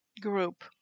group